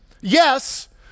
Yes